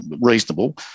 reasonable